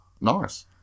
Nice